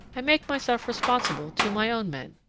i make myself responsible to my own men.